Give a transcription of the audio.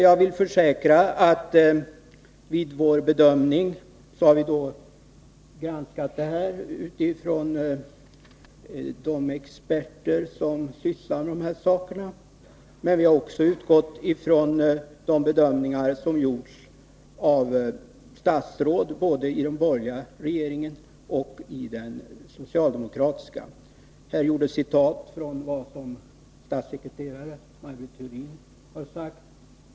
Jag vill försäkra att vid vår bedömning har vi granskat detta utifrån de experter som sysslar med dessa saker. Men vi har också utgått från de bedömningar som gjorts av statsråd, både i de borgerliga regeringarna och i den socialdemokratiska. Jag citerade vad denne statssekreterare har sagt.